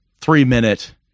three-minute